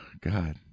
God